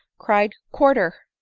cried quarter.